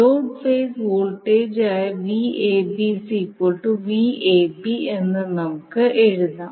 load phase വോൾട്ടേജായ Vab VAB എന്ന് നമുക്ക് എഴുതാം